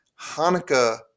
Hanukkah